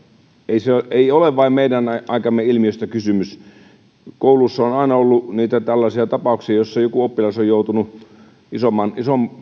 ei ole vain meidän aikamme ilmiöstä kysymys kouluissa on aina ollut tällaisia tapauksia joissa joku oppilas on joutunut